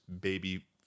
baby